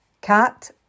Cat